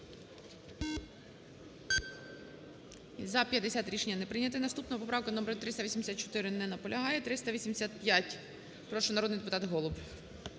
За-57 Рішення не прийнято. Наступна поправка - номер 384. Не наполягає. 385. Прошу, народний депутат Голуб.